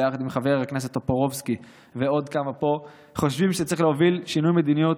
חבר הכנסת טופורובסקי ועוד כמה פה חושבים שצריך להוביל שינוי מדיניות